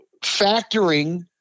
factoring